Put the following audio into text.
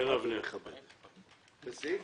בסעיף